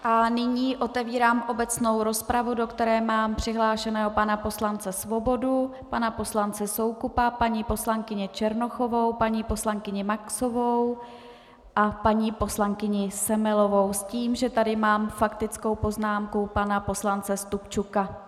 A nyní otevírám obecnou rozpravu, do které mám přihlášeného pana poslance Svobodu, pana poslance Soukupa, paní poslankyni Černochovou, paní poslankyni Maxovou a paní poslankyni Semelovou s tím, že tady mám faktickou poznámku pana poslance Stupčuka.